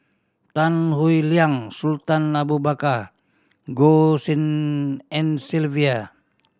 Tan Howe Liang Sultan Abu Bakar Goh Tshin En Sylvia